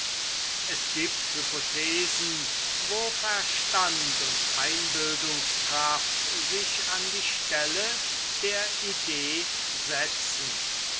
es gibt hypothesen wo verstand und einbildungskraft sich an die stelle der idee setzen